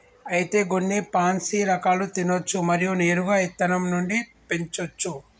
అయితే గొన్ని పాన్సీ రకాలు తినచ్చు మరియు నేరుగా ఇత్తనం నుండి పెంచోచ్చు